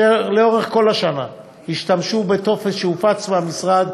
אשר לאורך כל השנה השתמשו בטופס שהופץ מהמשרד,